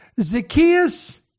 Zacchaeus